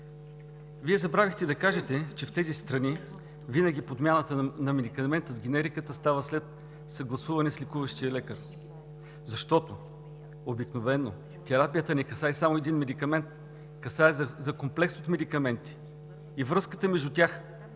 Вие забравихте да кажете, че в тези страни винаги подмяната на медикаментите с генериката става след съгласуване с лекуващия лекар, защото обикновено терапията не касае само един медикамент, касае комплекс от медикаменти и връзката между тях невинаги